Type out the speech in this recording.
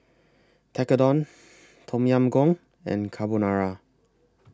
Tekkadon Tom Yam Goong and Carbonara